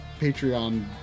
Patreon